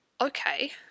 okay